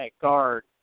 guard